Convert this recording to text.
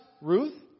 Ruth